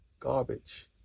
garbage